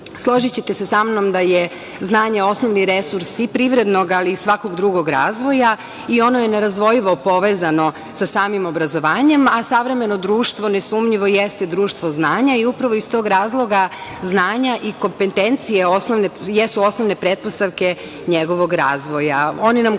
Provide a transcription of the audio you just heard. odlučuju. Složićete se sa mnom da je znanje osnovni resurs i privrednog ali i svakog drugog razvoja i ono je nerazdvojivo povezano sa samim obrazovanjem, a savremeno društvo nesumnjivo jeste društvo znanja i upravo iz tog razloga znanja i kompetencije jesu osnovne pretpostavke njegovog razvoja.